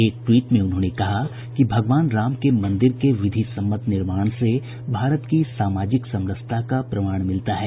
एक ट्वीट में उन्होंने कहा कि भगवान राम के मंदिर के विधि सम्मत निर्माण से भारत की सामाजिक समरसता का प्रमाण मिलता है